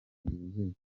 bwuzuye